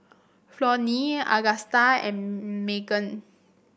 Flonnie Augusta and Maegan